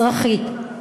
אזרחית.